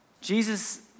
Jesus